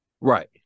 Right